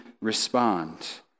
respond